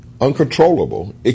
uncontrollable